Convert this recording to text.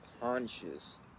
conscious